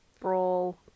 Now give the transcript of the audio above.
brawl